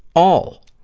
all,